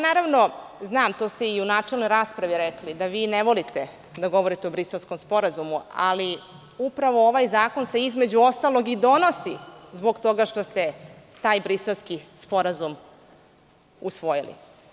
Naravno znam, to ste i u načelnoj raspravi rekli, da vi ne volite da govorite o Briselskom sporazumu, ali upravo ovaj zakon se između ostalog i donosi zbog toga što ste taj Briselski sporazum usvojili.